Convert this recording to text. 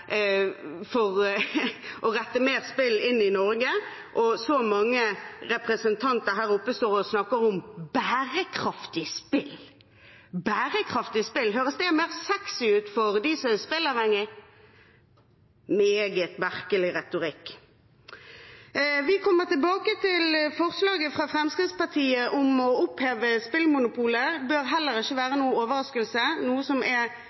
for mer spill inn i Norge, og så mange representanter står her oppe og snakker om bærekraftig spill. Bærekraftig spill – høres det mer sexy ut for dem som er spilleavhengige? – Meget merkelig retorikk. Vi kommer tilbake til forslaget fra Fremskrittspartiet om å oppheve spillmonopolet. Det bør heller ikke være noen overraskelse, da det er noe som